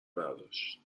برداشت